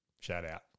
shout-out